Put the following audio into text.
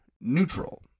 neutral